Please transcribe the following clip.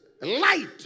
light